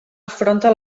afronta